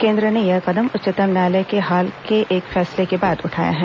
केन्द्र ने यह कदम उच्चतम न्यायालय के हाल के एक फैसले के बाद उठाया है